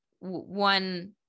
one